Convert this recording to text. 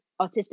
autistic